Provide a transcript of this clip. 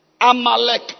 Amalek